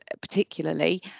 particularly